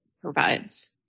provides